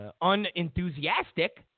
unenthusiastic